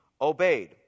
obeyed